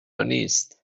نیست